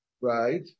Right